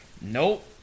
Nope